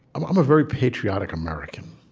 i'm i'm a very patriotic american.